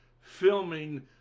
filming